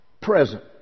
present